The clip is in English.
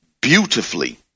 beautifully